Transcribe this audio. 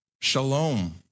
shalom